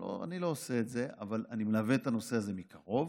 אני לא עושה את זה אבל אני מלווה את הנושא הזה מקרוב